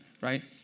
right